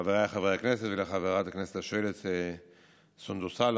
חבריי חברי הכנסת וחברת הכנסת השואלת סונדוס סאלח,